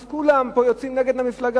אז כולם פה יוצאים נגד המפלגה,